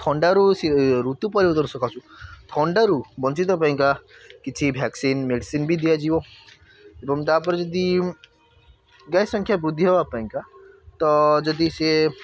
ଥଣ୍ଡାରୁ ସି ଋତୁ ପରିବର୍ତ୍ତନ ସକାଶୁ ଥଣ୍ଡାରୁ ବଞ୍ଚିତ ପାଇକା କିଛି ଭ୍ୟାକସିନ୍ ମେଡ଼ିସିନ୍ ବି ଦିଆଯିବ ଏବଂ ତା'ପରେ ଯଦି ଗାଈ ସଂଖ୍ୟା ବୃଦ୍ଧି ହେବା ପାଇକା ତ ଯଦି ସିଏ